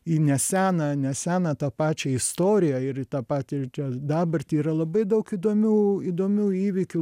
į neseną neseną tą pačią istoriją ir į tą patirtį čia dabartį yra labai daug įdomių įdomių įvykių